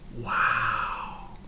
Wow